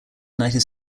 united